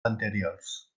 anteriors